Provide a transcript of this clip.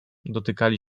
dotykali